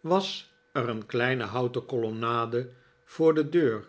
was er een kleine houten colonnade voor de deur